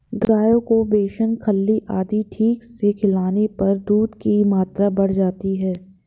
गायों को बेसन खल्ली आदि ठीक से खिलाने पर दूध की मात्रा बढ़ जाती है